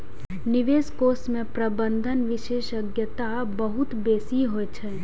निवेश कोष मे प्रबंधन विशेषज्ञता बहुत बेसी होइ छै